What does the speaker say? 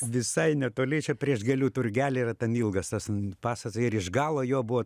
visai netoli čia prieš gėlių turgelį yra ten ilgas tas pastatas ir iš galo jo buvo